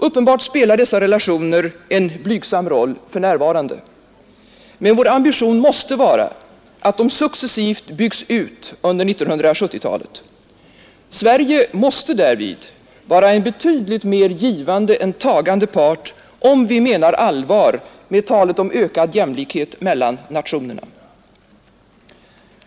Uppenbart spelar dessa relationer en blygsam roll för närvarande, men vår ambition måste vara att de successivt byggs ut under 1970-talet. Sverige måste därvid vara en betydligt mer givande än tagande part, om vi menar allvar med talet om ökad jämlikhet mellan nationerna.